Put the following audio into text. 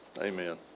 Amen